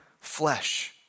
flesh